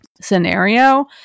scenario